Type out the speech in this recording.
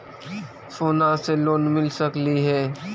सोना से लोन मिल सकली हे?